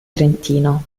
trentino